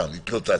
סתם התלוצצתי.